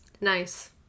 Nice